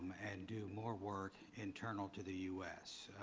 um and do more work internal to the u s.